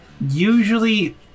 usually